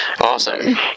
Awesome